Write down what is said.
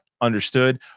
understood